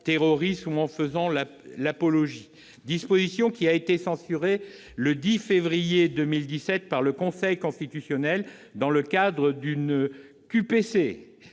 terroristes ou en faisant l'apologie, disposition qui a été censurée le 10 février dernier par le Conseil constitutionnel dans le cadre d'une